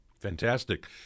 Fantastic